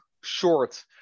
short